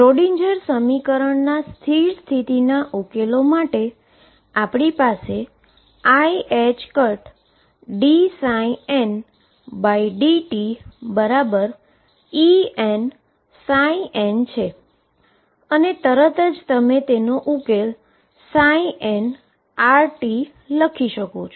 Schrodinger સમીકરણના stationary સ્ટેટના ઉકેલો માટે આપણી પાસે iℏdndtEnn છે અને તરત જ તમે તેનો ઉકેલ nrt લખી શકો છો